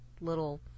little